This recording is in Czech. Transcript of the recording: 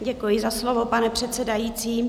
Děkuji za slovo, pane předsedající.